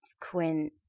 Quinn